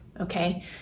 Okay